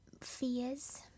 fears